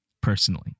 personally